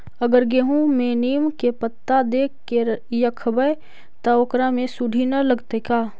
अगर गेहूं में नीम के पता देके यखबै त ओकरा में सुढि न लगतै का?